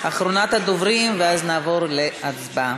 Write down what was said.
אחרונת הדוברים, ואז נעבור להצבעה.